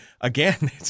again